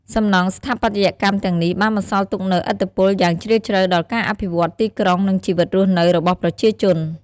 សំណង់ស្ថាបត្យកម្មទាំងនេះបានបន្សល់ទុកនូវឥទ្ធិពលយ៉ាងជ្រាលជ្រៅដល់ការអភិវឌ្ឍន៍ទីក្រុង និងជីវិតរស់នៅរបស់ប្រជាជន។